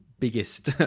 Biggest